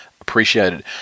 appreciated